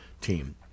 team